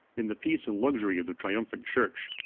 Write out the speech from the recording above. in the peace and luxury of the triumphant church,